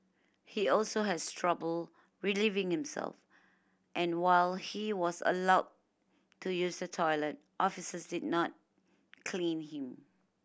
he also has trouble relieving himself and while he was allowed to use the toilet officers did not clean him